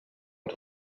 els